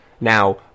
Now